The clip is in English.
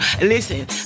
Listen